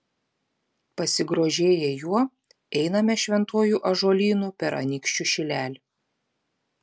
pasigrožėję juo einame šventuoju ąžuolynu per anykščių šilelį